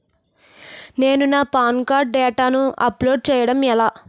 నేను నా PAN card డేటాను అప్లోడ్ చేయడం ఎలా?